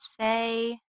say